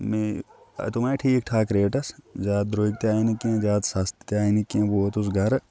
مےٚ تِم آیہِ ٹھیٖک ٹھاک ریٹَس زیادٕ درٛوگۍ تہِ آے نہٕ کینٛہہ زیادٕ سَستہٕ تہِ آے نہٕ کینٛہہ ووتُس گَرٕ